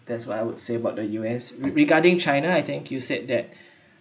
that's what I would say about the U_S re~ regarding china I think you said that